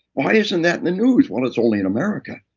why isn't that in the news? well it's only in america.